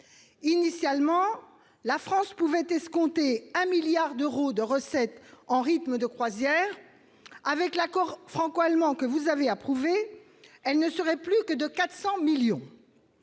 Initialement, la France pouvait escompter 1 milliard d'euros de recettes en rythme de croisière. Avec l'accord franco-allemand que vous avez approuvé, ces recettes ne seraient plus que de 400 millions